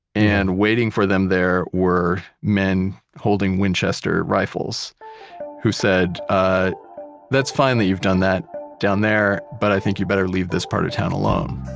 and waiting for them there were men holding winchester rifles who said, ah that's fine that you've done that down there, but i think you'd better leave this part of town alone.